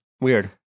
Weird